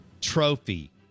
trophy